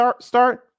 start